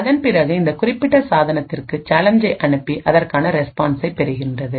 அதன் பிறகு இந்த குறிப்பிட்ட சாதனத்திற்கு சேலஞ்சைஅனுப்பி அதற்கான ரெஸ்பான்ஸை பெறுகின்றது